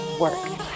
work